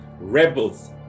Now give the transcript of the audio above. Rebels